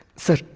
sir,